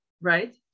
Right